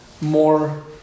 more